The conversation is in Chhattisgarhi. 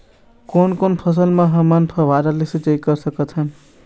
कोन कोन फसल म हमन फव्वारा ले सिचाई कर सकत हन?